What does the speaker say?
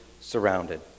surrounded